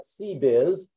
CBiz